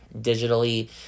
Digitally